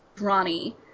ronnie